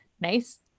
nice